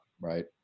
right